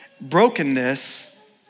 Brokenness